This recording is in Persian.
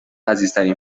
عزیزترین